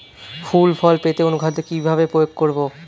ফুল ফল পেতে অনুখাদ্য কিভাবে প্রয়োগ করব?